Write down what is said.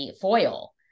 foil